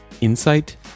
insight